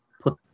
put